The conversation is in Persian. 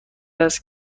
است